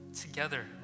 together